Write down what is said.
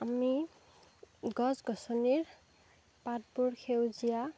আমি গছ গছনিৰ পাতবোৰ সেউজীয়া